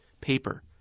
paper